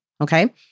Okay